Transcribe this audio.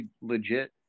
legit